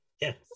Yes